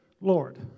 Lord